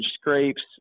scrapes